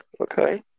Okay